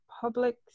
public